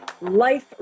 Life